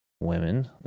Women